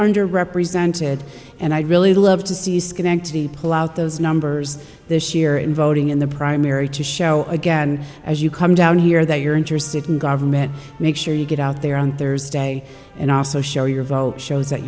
under represented and i'd really love to see schenectady pull out those numbers this year in voting in the primary to show again as you come down here that you're interested in government make sure you get out there on thursday and also show your vote shows that